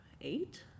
eight